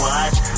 Watch